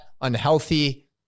unhealthy